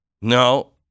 No